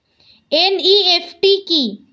NEFT কি?